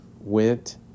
went